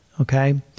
okay